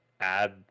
add